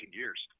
years